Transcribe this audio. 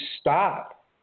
stop